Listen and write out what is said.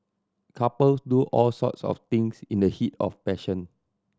couples do all sorts of things in the heat of passion